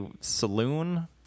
saloon